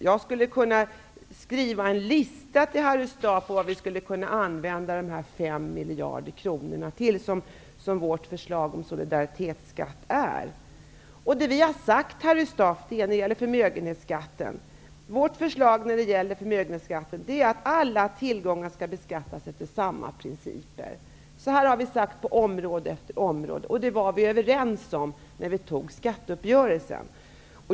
Jag skulle kunna skriva en lista till Harry Staaf på vad vi skulle kunna använda de 5 miljarder till som vårt förslag om solidaritetsskatt innebär. Vårt förslag när det gäller förmögenhetsskatten är att alla tillgångar skall beskattas efter samma principer. Så har vi sagt på område efter område. Det var vi överens om när vi träffade skatteuppgörelsen.